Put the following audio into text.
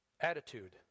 attitude